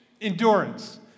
Endurance